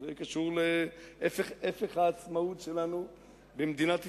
זה קשור להיפך העצמאות שלנו במדינת ישראל.